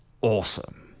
awesome